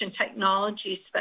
technology